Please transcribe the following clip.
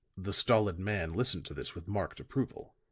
the stolid man listened to this with marked approval.